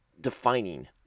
defining